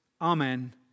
amen